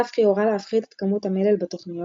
נפחי הורה להפחית את כמות המלל בתוכניות,